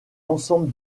ensemble